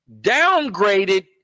downgraded